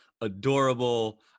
adorable